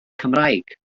cymraeg